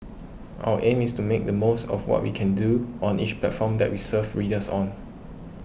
our aim is to make the most of what we can do on each platform that we serve readers on